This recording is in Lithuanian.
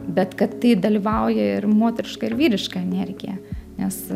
bet kad tai dalyvauja ir moteriška ir vyriška energija nes